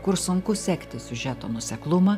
kur sunku sekti siužeto nuoseklumą